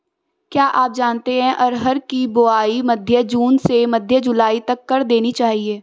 क्या आप जानते है अरहर की बोआई मध्य जून से मध्य जुलाई तक कर देनी चाहिये?